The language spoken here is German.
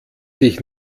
dich